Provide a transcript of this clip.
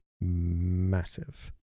massive